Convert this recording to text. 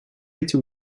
эти